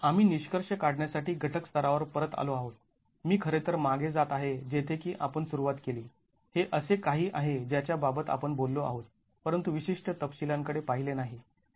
आम्ही निष्कर्ष काढण्यासाठी घटक स्तरावर परत आलो आहोत मी खरे तर मागे जात आहे जेथे की आपण सुरुवात केली हे असे काही आहे ज्याच्या बाबत आपण बोललो आहोत परंतु विशिष्ट तपशिलांकडे पाहिले नाही